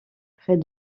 près